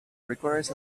requires